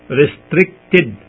restricted